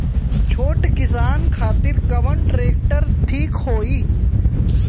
छोट किसान खातिर कवन ट्रेक्टर ठीक होई?